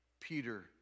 Peter